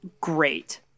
great